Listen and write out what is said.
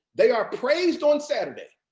they are praised on saturday.